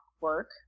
work